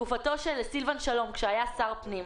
בתקופתו של סילבן שלום, עת היה שר הפנים,